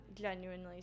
genuinely